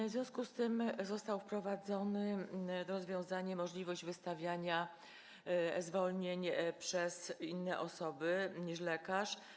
W związku z tym zostało wprowadzone rozwiązanie umożliwiające wystawianie e-zwolnień przez inne osoby niż lekarz.